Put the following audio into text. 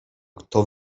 kto